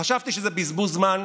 חשבתי שזה בזבוז זמן,